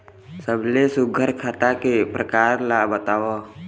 सबले सुघ्घर खाता के प्रकार ला बताव?